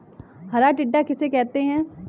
हरा टिड्डा किसे कहते हैं?